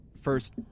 first